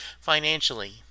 financially